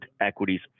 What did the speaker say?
equities